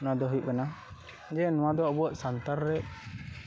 ᱱᱚᱶᱟ ᱫᱚ ᱦᱩᱭᱩᱜ ᱠᱟᱱᱟ ᱡᱮ ᱱᱚᱶᱟ ᱫᱚ ᱟᱵᱚᱣᱟᱜ ᱥᱟᱱᱛᱟᱲᱨᱮ